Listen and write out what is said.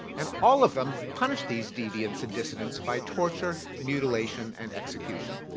and all of them punished these deviants and dissidents by torture, mutilation and execution.